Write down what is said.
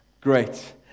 Great